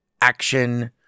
action